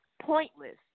pointless